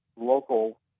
local